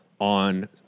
on